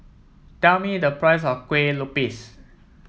tell me the price of Kuih Lopes